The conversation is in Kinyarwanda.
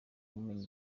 umenya